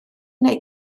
neu